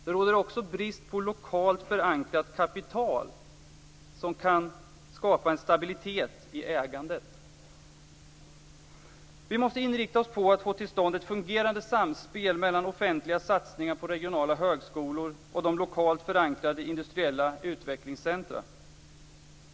Det råder också brist på lokalt förankrat kapital, som kan skapa en stabilitet i ägandet. Vi måste inrikta oss på att få till stånd ett fungerande samspel mellan offentliga satsningar på regionala högskolor och de lokalt förankrade industriella utvecklingscentrumen.